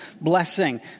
blessing